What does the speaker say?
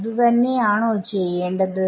അത് തന്നെയാണോ ചെയ്യേണ്ടത്